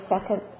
second